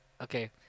Okay